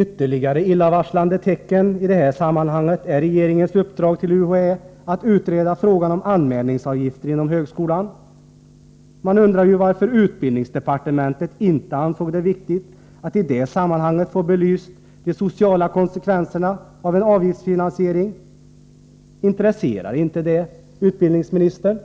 Ytterligare illavarslande tecken i det här sammanhanget är regeringens uppdrag till UHÄ att utreda frågan om anmälningsavgifter inom högskolan. Man undrar ju varför utbildningsdepartementet inte ansåg det viktigt att i det sammanhanget få de sociala konsekvenserna av en avgiftsfinansiering belysta. Intresserar sig inte utbildningsministern